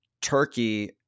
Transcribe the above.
Turkey